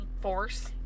force